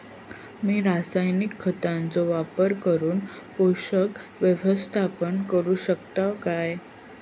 मी रासायनिक खतांचो वापर करून पोषक व्यवस्थापन करू शकताव काय?